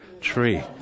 tree